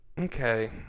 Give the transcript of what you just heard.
Okay